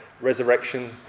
resurrection